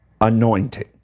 anointing